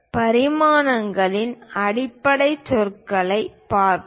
பரிமாணங்களின் அடிப்படை சொற்களைப் பார்ப்போம்